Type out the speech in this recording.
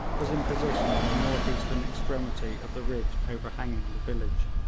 was in position on the north-eastern extremity of the ridge overhanging the village.